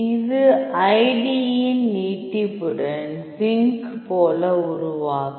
இது ஐடியின் நீட்டிப்புடன் சிங்க் போல உருவாக்கும்